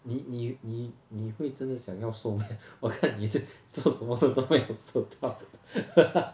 你你你你会真的想要瘦 meh 我看你做做什么都没有瘦到